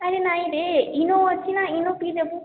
ଆରେ ନାଇ ରେ ଇନୋ ଅଛି ନା ଇନୋ ପିଇଦେବୁ